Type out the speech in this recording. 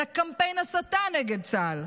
אלא קמפיין ההסתה נגד צה"ל,